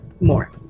more